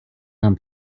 нам